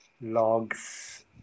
logs